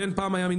השד יודע מה.